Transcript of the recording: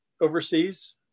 overseas